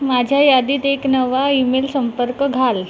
माझ्या यादीत एक नवा ईमेल संपर्क घाल